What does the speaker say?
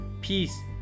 peace